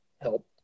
help